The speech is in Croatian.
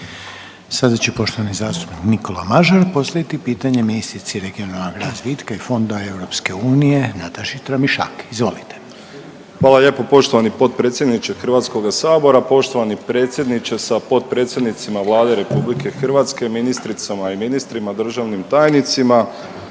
Sada će poštovani zastupnik Nikola Mažar postaviti pitanje ministrici regionalnog razvitka i fonda EU Nataši Tramišak, izvolite. **Mažar, Nikola (HDZ)** Hvala lijepo poštovani potpredsjedniče HS-a, poštovani predsjedniče sa potpredsjednicima Vlade RH, ministricama i ministrima, državnim tajnicima.